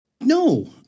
No